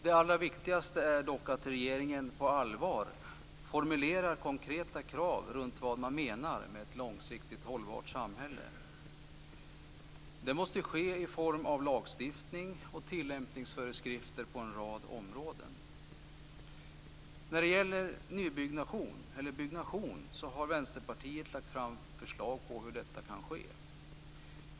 Det allra viktigaste är dock att regeringen på allvar formulerar konkreta krav runt vad man menar med ett långsiktigt hållbart samhälle. Det måste ske i form av lagstiftning och tillämpningsföreskrifter på en rad områden. När det gäller byggnation har Vänsterpartiet lagt fram förslag på hur detta kan ske.